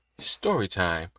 Storytime